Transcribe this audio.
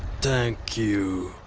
tank you.